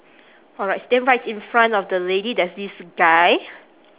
alright then right in front of the lady there's this guy